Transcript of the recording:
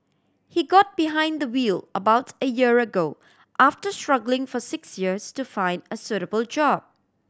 he got behind the wheel about a year ago after struggling for six years to find a suitable job